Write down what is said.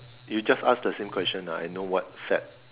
you just asked the same question ah I know what set